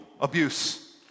abuse